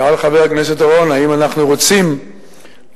שאל חבר הכנסת אורון אם אנחנו רוצים להגיע